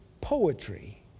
poetry